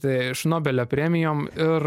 tai šnobelio premijom ir